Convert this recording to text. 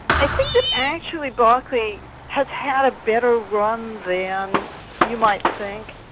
i think that actually berkeley has had a better run than you might think.